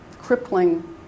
crippling